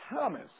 Thomas